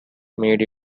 made